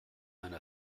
meine